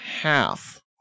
half